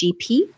GP